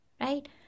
right